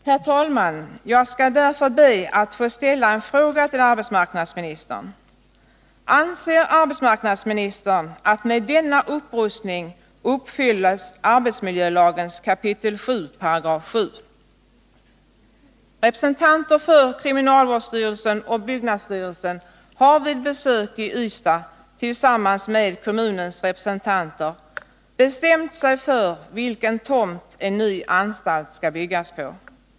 Jag skall därför, herr talman, be att få ställa en fråga till arbetsmarknadsministern: Anser arbetsmarknadsministern att med denna upprustning arbetsmiljölagens kap. 7 §7 uppfylls? Representanter för kriminalvårdsstyrelsen och byggnadsstyrelsen har vid besök i Ystad tillsammans med kommunens representanter bestämt sig för vilken tomt en ny anstalt skall byggas på.